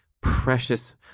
precious